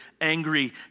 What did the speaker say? angry